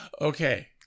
Okay